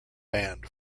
banned